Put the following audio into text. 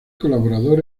colaborador